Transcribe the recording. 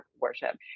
worship